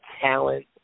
talent